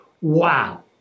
wow